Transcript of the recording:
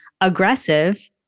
aggressive